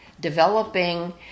developing